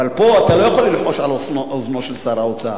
אבל פה אתה לא יכול ללחוש על אוזנו של שר האוצר.